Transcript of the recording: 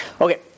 Okay